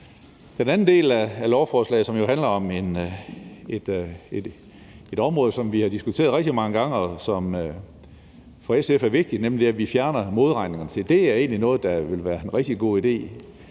Den anden del af lovforslaget, som jo handler om et område, som vi har diskuteret rigtig mange gange, og som for SF er vigtigt, nemlig at vi fjerner modregningerne, er noget, der vil være en rigtig god idé